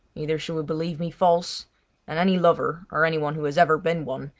either she would believe me false and any lover, or any one who has ever been one,